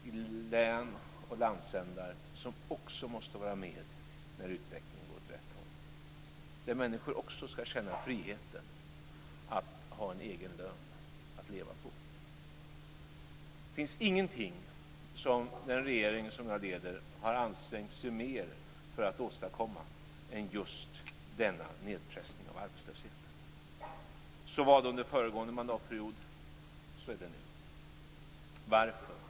Det är län och landsändar som också måste vara med när utvecklingen går åt rätt håll. Också människorna där ska känna friheten att ha en egen lön att leva på. Det finns ingenting som den regering jag leder har ansträngt sig mer för att åstadkomma än just denna nedpressning av arbetslösheten. Så var det under föregående mandatperiod, och så är det nu.